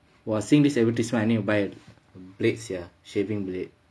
while seeing this advertisement I need to buy blade sia shaving blade